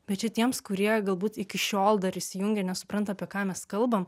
bet šitiems kurie galbūt iki šiol dar įsijungę nesupranta apie ką mes kalbam